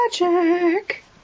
Magic